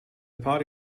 party